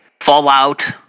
Fallout